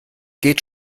geht